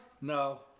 No